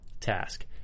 task